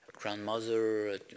grandmother